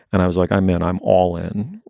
and i was like, i mean, i'm all in.